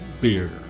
beer